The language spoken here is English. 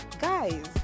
Guys